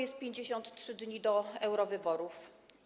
Zostały 53 dni do eurowyborów.